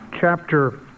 chapter